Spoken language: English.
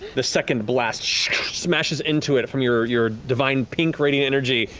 the second blast smashes into it, from your your divine pink radiant energy,